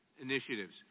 initiatives